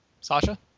Sasha